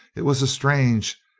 it was a strange,